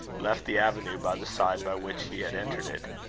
left the avenue by the side by which he had entered it.